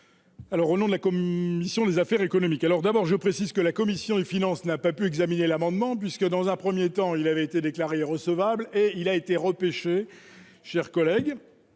Alors au nom de la commune, mission des affaires économiques, alors d'abord, je précise que la commission des finances n'a pas pu examiner l'amendement, puisque dans un 1er temps, il avait été déclarée recevable et il a été repêché. Chers collègues,